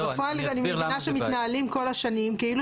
בפועל אני מבינה שמתנהלים כל השנים כאילו